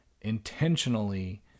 intentionally